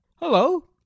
Hello